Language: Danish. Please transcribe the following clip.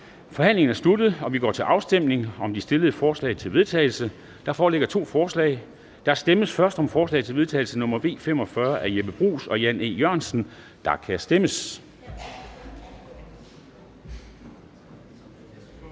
Forhandlingen er sluttet, og vi går til afstemning om de fremsatte forslag til vedtagelse. Der foreligger to forslag. Der stemmes først om forslag til vedtagelse nr. V 45 af Jeppe Bruus (S) og Jan E. Jørgensen (V), og der kan stemmes.